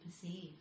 perceive